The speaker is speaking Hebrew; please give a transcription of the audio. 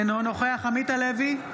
אינו נוכח עמית הלוי,